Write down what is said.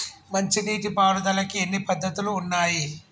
మంచి నీటి పారుదలకి ఎన్ని పద్దతులు ఉన్నాయి?